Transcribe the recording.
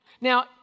Now